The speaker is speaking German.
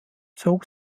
zog